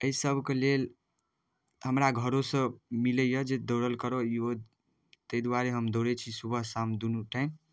एहिसबके लेल हमरा घरोसँ मिलैए जे दौड़ल करऽ ई ओ ताहि दुआरे हम दौड़ै छी सुबह शाम दुनू टाइम